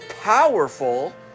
powerful